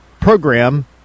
program